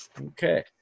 Okay